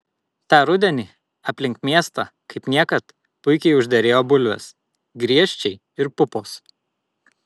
tą rudenį aplink miestą kaip niekad puikiai užderėjo bulvės griežčiai ir pupos